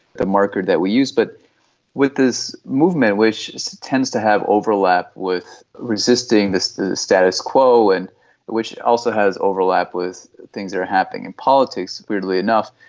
the marker that we use. but with this movement which so tends to have overlap with resisting the status quo and which also has overlap with things that are happening in politics, weirdly enough,